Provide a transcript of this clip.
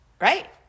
right